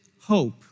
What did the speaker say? hope